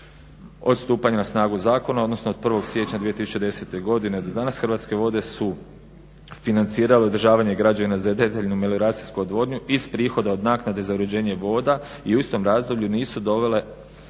Od stupanja na snagu zakona, odnosno od 1. siječnja 2010. godine do danas Hrvatske vode su financirale održavanje građevina za detaljnu melioracijsku odvodnju iz prihoda od naknade za uređenje voda i u istom razdoblju nisu dovele